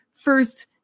first